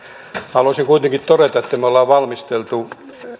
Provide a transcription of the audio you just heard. haluaisin kuitenkin todeta että me me olemme valmistelleet